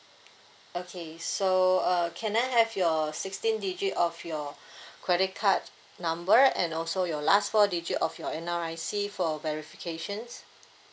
okay so uh can I have your sixteen digit of your credit card number and also your last four digit of your N_R_I_C for verifications